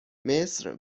مصر